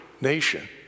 nation